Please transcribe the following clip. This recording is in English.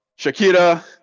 Shakira